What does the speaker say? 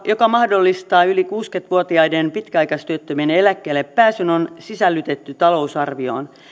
joka mahdollistaa yli kuusikymmentä vuotiaiden pitkäaikaistyöttömien eläkkeellepääsyn on sisällytetty talousarvioon